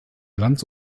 glanz